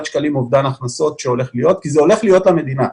שקלים אובדן הכנסות שהולך להיות כי זה הולך להיות על המדינה.